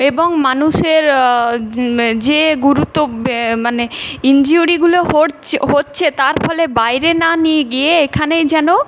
এবং মানুষের যে গুরুত্ব মানে ইনজিউরিগুলো হরছে হচ্ছে তার ফলে বাইরে না নিয়ে গিয়ে এখানেই যেন